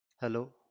hello